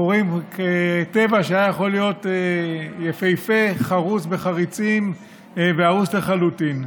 אנחנו רואים טבע שהיה יכול להיות יפהפה חרוץ בחריצים והרוס לחלוטין.